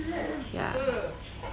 yeah